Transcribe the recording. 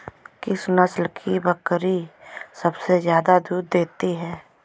किस नस्ल की बकरी सबसे ज्यादा दूध देती है?